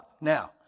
Now